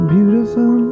Beautiful